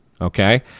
okay